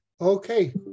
Okay